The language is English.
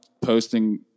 posting